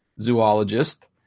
zoologist